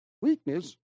Weakness